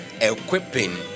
equipping